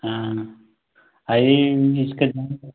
हाँ और ये उसके